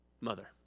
mother